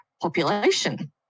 population